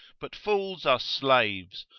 but fools are slaves,